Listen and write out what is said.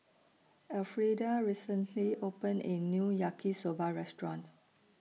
Elfrieda recently opened A New Yaki Soba Restaurant